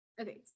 Okay